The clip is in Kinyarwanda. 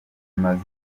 rimaze